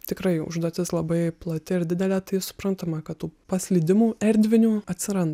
tikrai užduotis labai plati ir didelė tai suprantama kad tų paslydimų erdvinių atsiranda